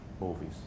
movies